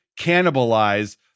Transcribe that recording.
cannibalize